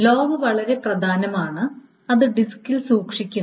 log വളരെ പ്രധാനമാണ് അത് ഡിസ്കിൽ സൂക്ഷിക്കുന്നു